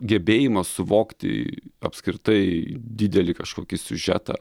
gebėjimą suvokti apskritai didelį kažkokį siužetą